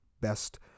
best